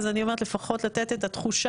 אז אני אומרת לפחות לתת את התחושה.